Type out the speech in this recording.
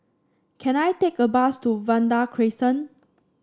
can I take a bus to Vanda Crescent